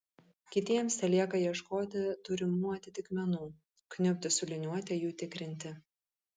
kitiems telieka ieškoti turimų atitikmenų kniubti su liniuote jų tikrinti